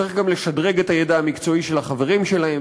צריך גם לשדרג את הידע המקצועי של החברים שלהן,